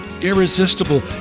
irresistible